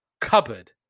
cupboard